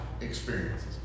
experiences